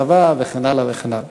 בצבא וכן הלאה וכן הלאה.